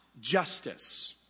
justice